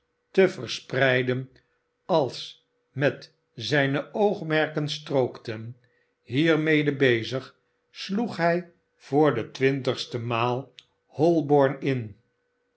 te verspreiden als met zijne oogmerken strookten hiermede bezig sloeg hij voor de twintigste maal holborn in